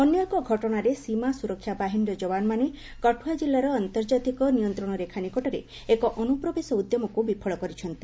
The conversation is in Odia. ଅନ୍ୟ ଏକ ଘଟଣାରେ ସୀମା ସୁରକ୍ଷା ବାହିନୀର ଯବାନମାନେ କଠୁଆ ଜିଲ୍ଲାର ଆନ୍ତର୍ଜାତିକ ନିୟନ୍ତ୍ରଣ ରେଖା ନିକଟରେ ଏକ ଅନୁପ୍ରବେଶ ଉଦ୍ୟମକୁ ବିଫଳ କରିଛନ୍ତି